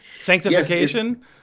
Sanctification